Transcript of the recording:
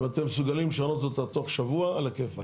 אם אתם מסוגלים לשנות אותה תוך שבוע על הכיפק,